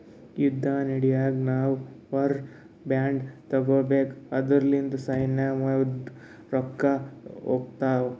ಯುದ್ದ ನಡ್ಯಾಗ್ ನಾವು ವಾರ್ ಬಾಂಡ್ ತಗೋಬೇಕು ಅದುರ್ಲಿಂದ ಸೈನ್ಯಕ್ ನಮ್ದು ರೊಕ್ಕಾ ಹೋತ್ತಾವ್